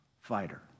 fighter